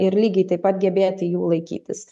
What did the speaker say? ir lygiai taip pat gebėti jų laikytis